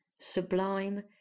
sublime